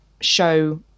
show